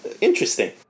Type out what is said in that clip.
interesting